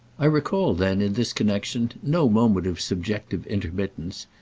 i recall then in this connexion no moment of subjective intermittence,